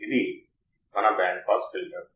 అది నాకు పనికి రాదు